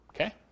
okay